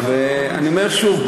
אני אומר שוב,